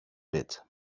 bit